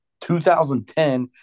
2010